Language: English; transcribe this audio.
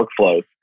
workflows